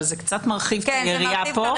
אבל זה קצת מרחיב את היריעה פה.